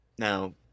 Now